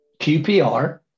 QPR